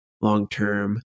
long-term